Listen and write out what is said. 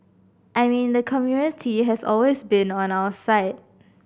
I mean the community has always been on our side